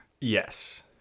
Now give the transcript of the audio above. Yes